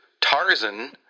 Tarzan